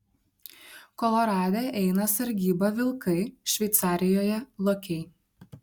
kolorade eina sargybą vilkai šveicarijoje lokiai